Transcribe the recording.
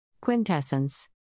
Quintessence